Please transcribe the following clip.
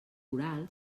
oral